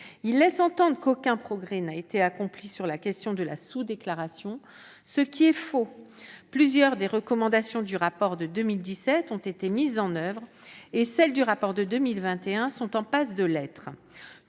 Il laisse entendre qu'aucun progrès n'a été accompli sur la question de la sous-déclaration, ce qui est faux. Plusieurs des recommandations du rapport de 2017 ont été mises en oeuvre et celles du rapport de 2021 sont en passe de l'être.